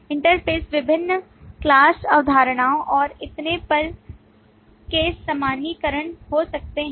interface विभिन्न विभिन्न class अवधारणाओं और इतने पर के सामान्यीकरण हो सकते हैं